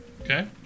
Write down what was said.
Okay